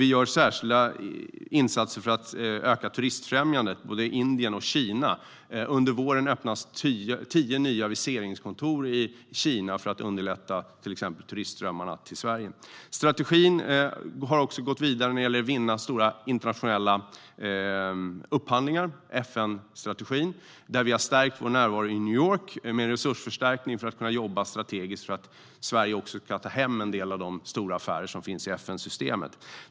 Vi gör även särskilda insatser för att öka turistfrämjandet i både Indien och Kina; under våren öppnas tio nya viseringskontor i Kina för att underlätta till exempel turistströmmarna till Sverige. FN-strategin när det gäller att vinna stora internationella upphandlingar har också gått vidare. Vi har gjort en resursförstärkning av vår närvaro i New York för att kunna jobba strategiskt för att Sverige ska ha möjlighet att ta hem en del av de stora affärer som finns i FN-systemet.